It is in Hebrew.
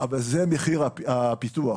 אבל זה מחיר הפיתוח.